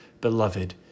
beloved